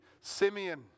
Simeon